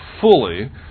fully